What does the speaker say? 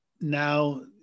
now